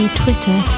twitter